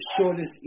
shortest